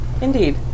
Indeed